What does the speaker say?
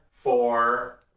four